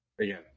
again